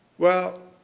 well,